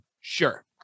Sure